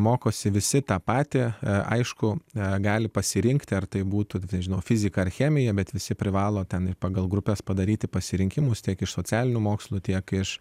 mokosi visi tą patį aišku gali pasirinkti ar tai būtų fizika chemija bet visi privalo tenai pagal grupes padaryti pasirinkimus tiek iš socialinių mokslų tiek iš